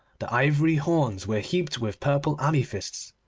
the ivory horns were heaped with purple amethysts,